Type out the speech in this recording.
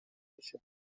میشه